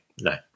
No